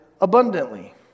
abundantly